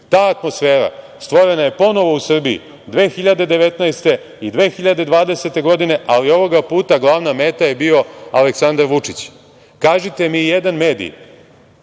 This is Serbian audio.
atmosfera stvorena je ponovo u Srbiji 2019. i 2020. godine, ali ovoga puta glavna meta je bio Aleksandar Vučić. Kažite mi jedan medij,